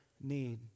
need